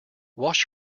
wash